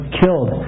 killed